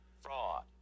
fraud